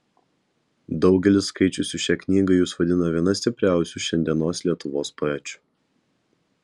daugelis skaičiusių šią knygą jus vadina viena stipriausių šiandienos lietuvos poečių